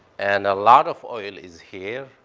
and a lot of oil is here.